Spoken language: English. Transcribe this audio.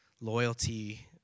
loyalty